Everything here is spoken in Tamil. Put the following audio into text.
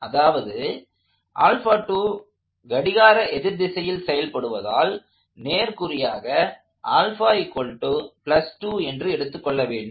அதாவது கடிகார எதிர்திசையில் செயல்படுவதால் நேர்குறியாக என்று எடுத்துக் கொள்ள வேண்டும்